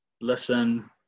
listen